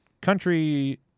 country